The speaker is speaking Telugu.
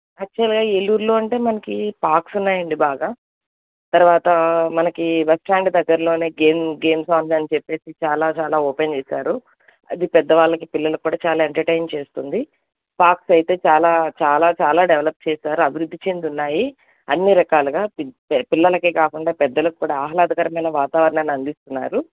యాక్చువల్గా ఏలూరులో అంటే మనకి పార్క్స్ ఉన్నాయండి బాగా తర్వాత మనకి బస్స్టాండ్ దగ్గరలోనే గేమ్ గేమ్స్ ఆల్ అని చెప్పేసి చాలా చాలా ఓపెన్ చేశారు అది పెద్దవాళ్ళకి పిల్లలక్కూడా చాలా ఎంటర్టైన్ చేస్తుంది పార్క్స్ అయితే చాలా చాలా చాలా డెవలప్ చేశారు అభివృద్ధి చెంది ఉన్నాయి అన్ని రకాలుగా పిల్లలకే కాకుండా పెద్దలక్కూడా ఆహ్లాదకరమైన వాతావరణాన్ని అందిస్తున్నారు